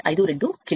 52 kilo watt